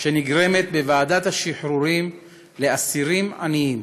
שנגרמת בוועדת השחרורים לאסירים עניים,